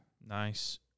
nice